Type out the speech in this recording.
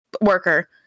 worker